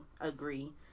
agree